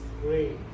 great